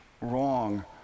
wrong